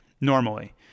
normally